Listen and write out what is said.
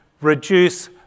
reduce